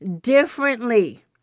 differently